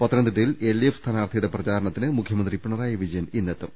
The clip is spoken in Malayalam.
പത്തനംതിട്ടയിൽ എൽഡിഎഫ് സ്ഥാനാർത്ഥിയുടെ പ്രചാരണത്തിന് മുഖ്യമന്ത്രി പിണറായി വിജയൻ ഇന്നെത്തും